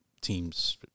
teams